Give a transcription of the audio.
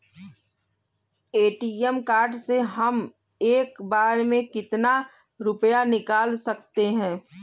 ATM card से हम एक बार में कितना रुपया निकाल सकते हैं?